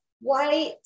white